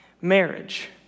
marriage